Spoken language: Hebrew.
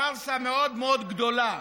פארסה מאוד מאוד גדולה.